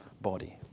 body